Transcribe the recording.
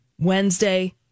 Wednesday